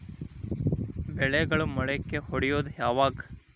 ಬೆಳೆಗಳು ಮೊಳಕೆ ಒಡಿಯೋದ್ ಯಾವಾಗ್?